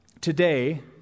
today